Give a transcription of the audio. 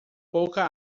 pouca